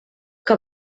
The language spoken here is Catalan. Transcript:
que